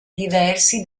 diversi